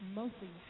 mostly